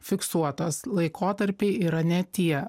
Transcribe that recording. fiksuotos laikotarpiai yra ne tie